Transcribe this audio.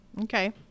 Okay